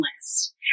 list